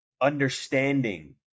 understanding